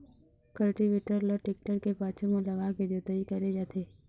cultivator ल tractor के पाछू म लगाके जोतई करे जाथे